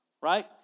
right